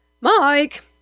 Mike